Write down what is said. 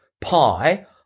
pi